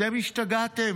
אתם השתגעתם?